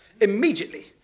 Immediately